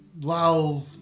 Wow